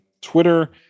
Twitter